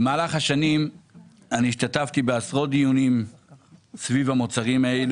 במהלך השנים השתתפתי בעשרות דיונים סביב המוצרים האלה.